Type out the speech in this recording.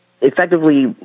effectively